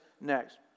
next